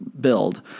build